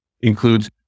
includes